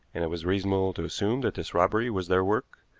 and it was reasonable to assume that this robbery was their work,